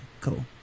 cool